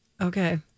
Okay